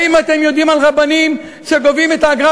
האם אתם יודעים על רבנים שגובים את האגרה